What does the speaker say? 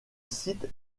site